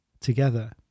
together